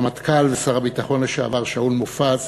הרמטכ"ל ושר הביטחון לשעבר שאול מופז,